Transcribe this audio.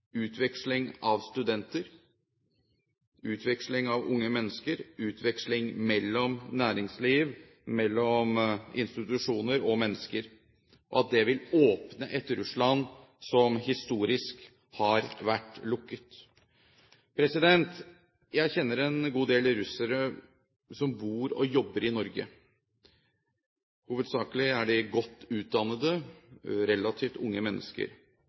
utveksling av studenter, utveksling av unge mennesker, utveksling mellom næringsliv, mellom institusjoner og mennesker, og at det vil åpne et Russland som historisk har vært lukket. Jeg kjenner en god del russere som bor og jobber i Norge. Hovedsakelig er det godt utdannede, relativt unge mennesker.